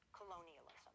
colonialism